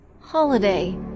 Holiday